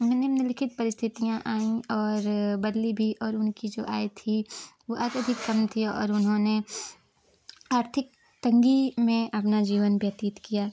में निम्नलिखित परिस्थितियाँ आईं और बदली भी और उनकी जो आय थी वो अत्यधिक कम थी और उन्होंने आर्थिक तंगी में अपना जीवन व्यतीत किया